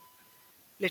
בספטמבר אקדח מסוג איבר